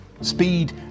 speed